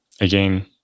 Again